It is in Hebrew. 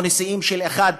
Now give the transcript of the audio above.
או נישואין של אחד,